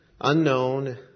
unknown